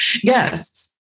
guests